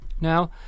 Now